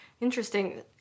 Interesting